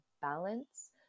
balance